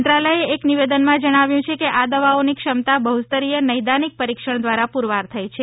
મંત્રાલયે એક નિવેદનમાં જણાવ્યું છે કે આ દવાઓની ક્ષમતા બહુસ્તરીય નૈદાનીક પરીક્ષણ દ્વારા પુરવાર થઇ છે